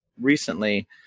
recently